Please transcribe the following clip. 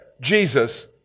Jesus